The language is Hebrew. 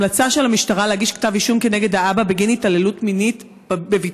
המלצה של המשטרה להגיש כתב אישום כנגד האבא בגין התעללות מינית בבתו,